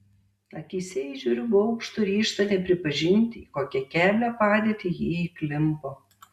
akyse įžiūriu baugštų ryžtą nepripažinti į kokią keblią padėtį ji įklimpo